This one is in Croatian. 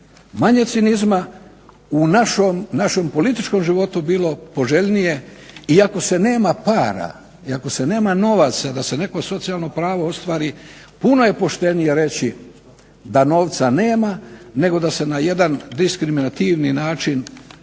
manje cinizma u našem političkom životu bilo poželjnije iako se nema para, ako se nema novaca da se neko socijalno pravo ostvari puno je poštenije reći da novca nema, nego da se na jedan diskriminativni način